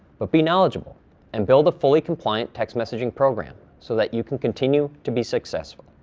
but be knowledgeable and build a fully compliant text messaging program so that you can continue to be successful.